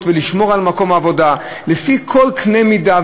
ולשמור על מקום העבודה לפי כל קנה מידה.